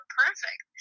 perfect